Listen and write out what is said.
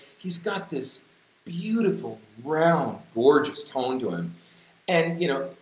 he's got this beautiful round gorgeous tone to him and you know,